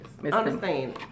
Understand